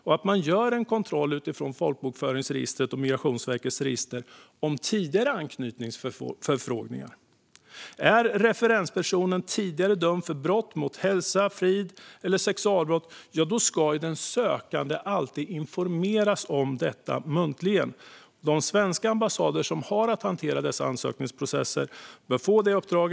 Man ska göra en kontroll, utifrån folkbokföringsregistret och Migrationsverkets register, av tidigare anknytningsförfrågningar. Är referenspersonen tidigare dömd för brott mot hälsa eller frid eller för sexualbrott ska den sökande alltid informeras om detta muntligen. De svenska ambassader som har att hantera dessa ansökningsprocesser bör få detta uppdrag.